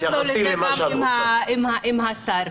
תתייחסי למה שאת רוצה.